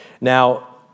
Now